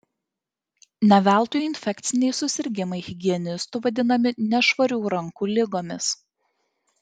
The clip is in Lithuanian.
ne veltui infekciniai susirgimai higienistų vadinami nešvarių rankų ligomis